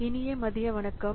இனிய மதிய வணக்கம்